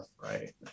right